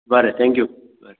बरें थँक्यू बरें